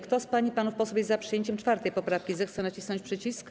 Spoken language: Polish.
Kto z pań i panów posłów jest za przyjęciem 4. poprawki, zechce nacisnąć przycisk.